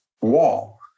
wall